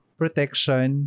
protection